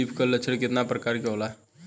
Leaf curl लक्षण केतना परकार के होला?